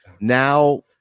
now